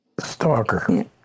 Stalker